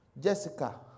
Jessica